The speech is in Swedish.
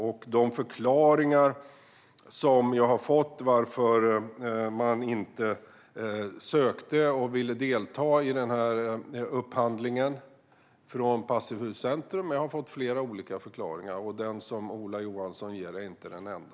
Jag har fått flera olika förklaringar till varför man inte sökte och inte ville delta i den här upphandlingen från Passivhuscentrums sida. Den som Ola Johansson ger är inte den enda.